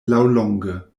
laŭlonge